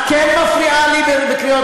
את כן מפריעה לי בקריאות.